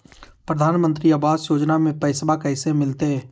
प्रधानमंत्री आवास योजना में पैसबा कैसे मिलते?